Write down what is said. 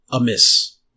Amis